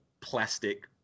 plastic